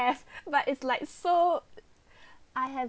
but it's like so I have